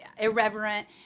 irreverent